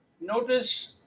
notice